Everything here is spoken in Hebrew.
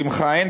שמחה אין,